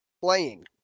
playing